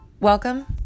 Welcome